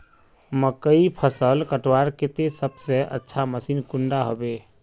मकईर फसल कटवार केते सबसे अच्छा मशीन कुंडा होबे?